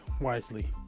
wisely